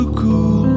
cool